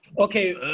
Okay